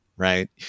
Right